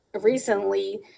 recently